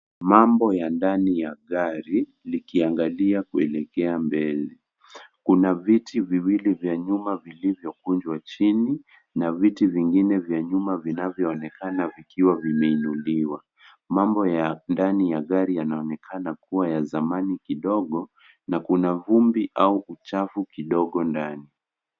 Mambo ya ndani ya gari, likiangalia kuelekea mbele. Kuna viti viwili vya nyuma vilivyokunjwa chini, na viti vingine vya nyuma vinavyoonekana vikiwa vimeinuliwa. Mambo ya ndani ya gari yanaonekana kuwa ya zamani kidogo, na kuna vumbi au uchafu kidogo ndani.